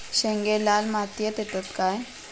शेंगे लाल मातीयेत येतत काय?